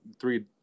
three